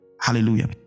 hallelujah